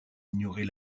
ignorer